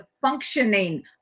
functioning